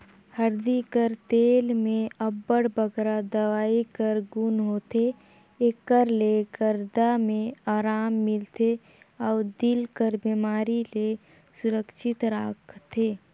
हरदी कर तेल में अब्बड़ बगरा दवई कर गुन होथे, एकर ले दरद में अराम मिलथे अउ दिल कर बेमारी ले सुरक्छित राखथे